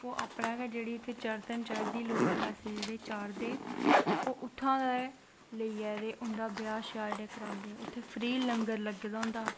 ओह् अपनी गै चढ़तन चढ़दी लोग पैसे जेह्ड़े चाढ़दे ओह् उत्थां दा गै लेइयै जेह्का ब्याह् करांदे ते फ्री लंगर लग्गे दा होंदा